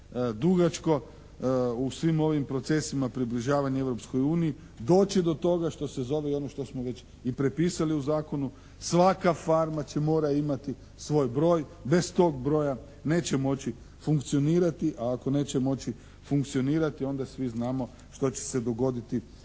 dugačko u svim ovim procesima približavanja Europskoj uniji doći do toga što se zove i ono što smo i prepisali u zakonu svaka farma mora imati svoj broj. Bez tog broja neće moći funkcionirati a ako neće moći funkcionirati onda svi znamo što će se dogoditi